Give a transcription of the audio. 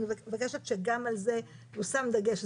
אני מבקשת שגם על זה יושם דגש.